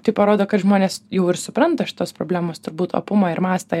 tai parodo kad žmonės jau ir supranta šitos problemos turbūt opumą ir mastą